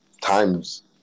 times